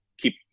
keep